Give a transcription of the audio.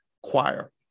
choir